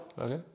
Okay